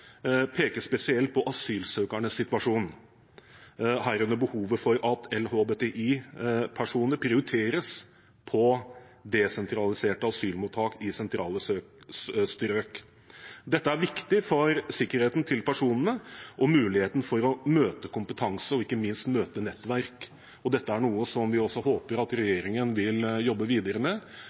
spesielt på asylsøkernes situasjon, herunder behovet for at LHBTI-personer prioriteres på desentraliserte asylmottak i sentrale strøk. Dette er viktig for sikkerheten til personene og muligheten for å møte kompetanse og ikke minst møte nettverk. Dette er noe vi håper regjeringen vil jobbe videre med.